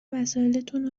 وسایلاتون